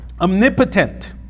omnipotent